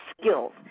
skills